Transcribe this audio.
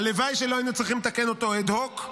הלוואי שלא היינו צריכים לתקן אותה אד-הוק,